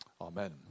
Amen